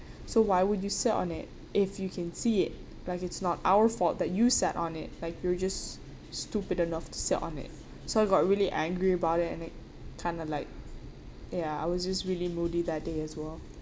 so why would you sit on it if you can see it like it's not our fault that you sat on it like you're just stupid enough to sit on it so I got really angry about it and it kind of like ya I was just really moody that day as well